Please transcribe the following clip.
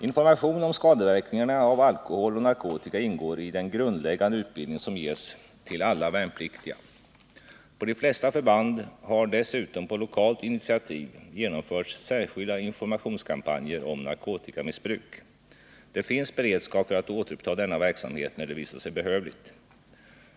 Information om skadeverkningarna av alkohol och narkotika ingår i den grundläggande utbildning som ges till alla värnpliktiga. På de flesta förband har dessutom på lokalt initiativ genomförts särskilda informationskampanjer om narkotikamissbruk. Det finns beredskap för att återuppta denna verksamhet när det visar sig behövligt.